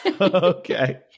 Okay